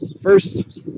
First